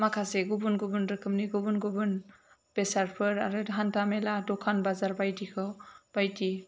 माखासे गुबुन गुबुन रोखोमनि गुबुन गुबुन बेसादफोर आरो हान्था मेला दखान बाजार बायदिफोराव बायदि